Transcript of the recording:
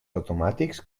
automàtics